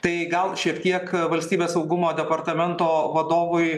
tai gal šiek tiek valstybės saugumo departamento vadovui